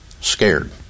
scared